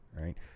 Right